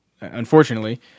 unfortunately